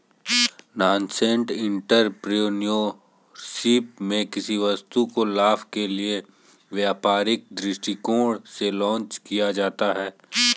nascent entrepreneurship में किसी वस्तु को लाभ के लिए व्यापारिक दृष्टिकोण से लॉन्च किया जाता है